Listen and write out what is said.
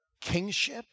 kingship